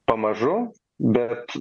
pamažu bet